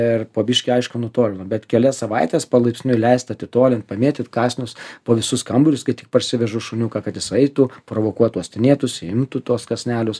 ir po biškį aišku nutolinu bet kelias savaites palaipsniui leist atitolint pamėtyt kąsnius po visus kambarius kai tik parsivežu šuniuką kad jis eitų provokuot uostinėtųsi imtų tuos kąsnelius